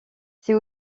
c’est